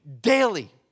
Daily